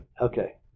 Okay